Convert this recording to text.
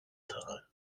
tal